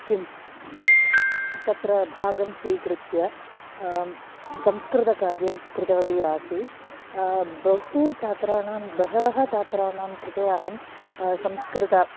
किं तत्र भागं स्वीकृत्य संस्कृतकार्यं कृतवती आसीत् बहु छात्राणां बहवः छात्राणां कृते अहं संस्कृतं